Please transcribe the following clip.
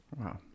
Wow